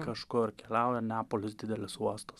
kažkur keliauja neapolis didelis uostas